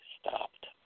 stopped